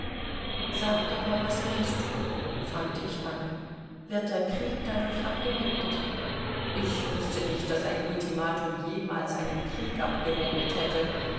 sag papa was meinst du fragte ich bange wird der krieg dadurch abgewendet ich wüßte nicht daß ein ultimatum jemals einen krieg abgewendet hätte